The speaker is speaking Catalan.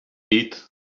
dit